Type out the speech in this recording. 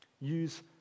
Use